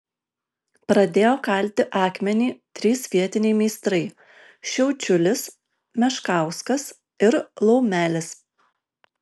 pradėjo kalti akmenį trys vietiniai meistrai šiaučiulis meškauskas ir laumelis